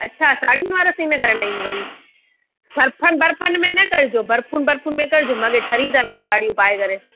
अछा साड़ी वारा सिन करिणा आहिनि वरी सर्फनि बर्फ़नि कजो बर्फ़ुनि बर्फ़ुनि में कजो मूंखे खरीद साड़ियूं पाए करे